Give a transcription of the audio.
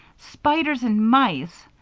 spiders and mice,